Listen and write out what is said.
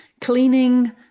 cleaning